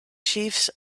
chiefs